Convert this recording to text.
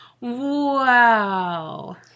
Wow